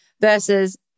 versus